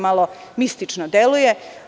Malo mistično deluje.